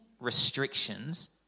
restrictions